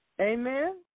Amen